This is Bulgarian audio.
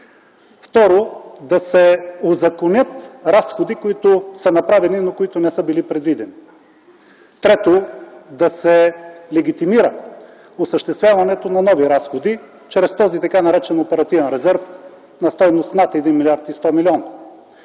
Второ, да се узаконят разходи, които са направени, но които не са били предвидени. Трето, да се легитимира осъществяването на нови разходи чрез този така наречен оперативен резерв на стойност над 1 млрд. 100 млн.